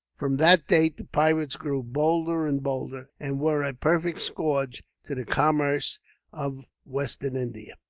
from that date the pirates grew bolder and bolder, and were a perfect scourge to the commerce of western india.